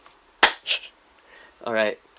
alright